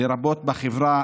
לרבות בחברה